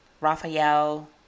Raphael